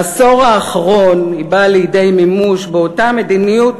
בעשור האחרון היא באה לידי מימוש באותה מדיניות